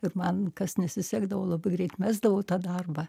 ir man kas nesisekdavo labai greit mesdavau tą darbą